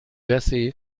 jesse